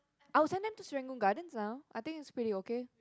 I will send them to Serangoon-Gardens ah I think is pretty okay